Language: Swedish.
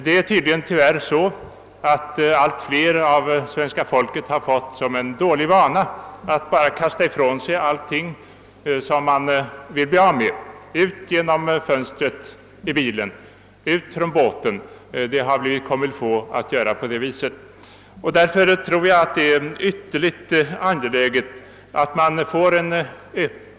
Det är tydligen tyvärr så, att en allt större del av svens ka folket fått den dåliga vanan att bara kasta ifrån sig allt man vill bli av med; det har blivit comme il faut att bara slänga ut skräpet genom bilfönstret eller från båten. Därför tror jag att en ökad propaganda mot denna nedskräpning är ytterligt angelägen.